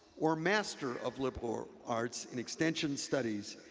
or master of liberal arts in extension studies,